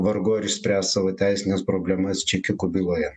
vargu ar išspręs savo teisines problemas čekiukų byloje